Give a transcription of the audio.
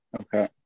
Okay